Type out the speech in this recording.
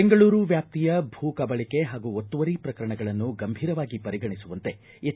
ಬೆಂಗಳೂರು ವ್ಯಾಪ್ತಿಯ ಭೂ ಕಬಳಿಕೆ ಹಾಗೂ ಒತ್ತುವರಿ ಪ್ರಕರಣಗಳನ್ನು ಗಂಭೀರವಾಗಿ ಪರಿಗಣಿಸುವಂತೆ ಎಚ್